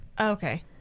Okay